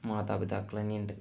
മാതാപിതാക്കളന്നെയുണ്ട്